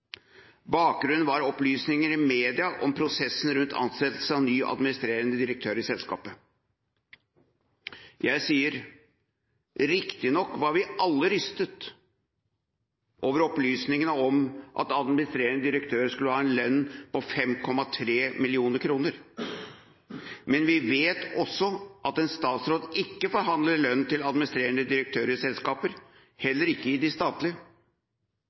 Bakgrunnen var opplysninger i media om prosessen rundt ansettelse av ny administrerende direktør i selskapet. Jeg sier: Riktignok var vi alle rystet over opplysningene om at administrerende direktør skulle ha en lønn på 5,3 mill. kr, men vi vet også at en statsråd ikke forhandler lønn til administrerende direktør i selskaper, heller ikke i de statlige.